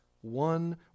one